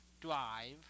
Drive